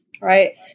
right